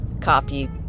copy